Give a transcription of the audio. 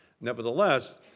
Nevertheless